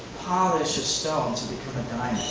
polish a stone to become a diamond.